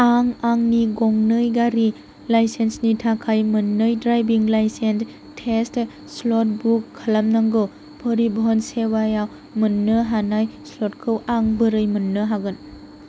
आं आंनि गंनै गारि लाइसेन्सनि थाखाय मोननै driving license test slot book खालामनांगौ परिबहन सेभायाव मोननो हानाय स्ल'टखौ आं बोरै मोननो हागोन